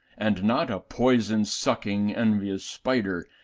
and not a poison sucking envious spider,